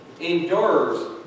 endures